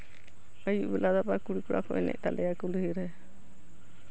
ᱟᱹᱭᱩᱵ ᱵᱮᱞᱟ ᱫᱚ ᱟᱵᱟᱨ ᱠᱩᱲᱤᱼᱠᱚᱲᱟ ᱠᱚ ᱮᱱᱮᱡ ᱛᱟᱞᱮᱭᱟ ᱠᱩᱞᱦᱤᱨᱮ